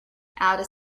out